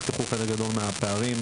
נחתכו חלק גדול מהפערים.